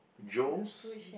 Joe's